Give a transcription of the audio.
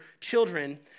children